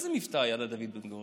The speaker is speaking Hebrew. איזה מבטא היה לדוד בן-גוריון,